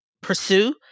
pursue